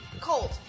Cold